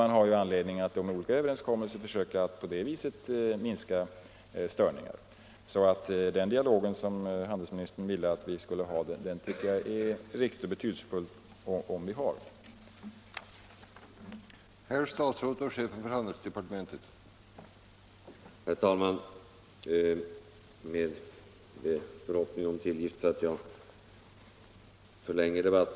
Man bör därför genom olika överenskommelser försöka minska störningar av det slaget. Jag tycker alltså att det är riktigt och betydelsefullt att vi för den dialog som handelsministern ansåg att vi skall föra.